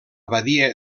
badia